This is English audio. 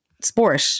sport